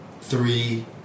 three